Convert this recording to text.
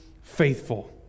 faithful